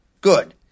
Good